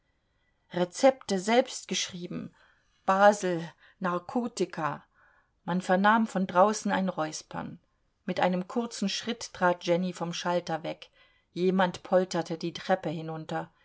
rezepte selbst geschrieben basel narkotika man vernahm von draußen ein räuspern mit einem kurzen schritt trat jenny vom schalter weg jemand polterte die treppe hinunter